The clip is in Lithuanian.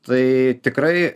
tai tikrai